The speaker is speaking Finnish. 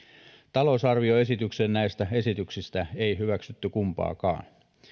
talousarvioesitykseen näistä esityksistä ei hyväksytty kumpaakaan